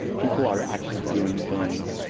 people are actually doing things.